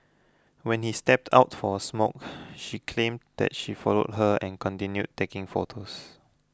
when he stepped out for a smoke she claims that she followed her and continued taking photos